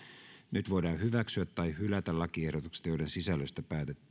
nyt voidaan hyväksyä tai hylätä lakiehdotukset joiden sisällöstä